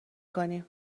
کنیم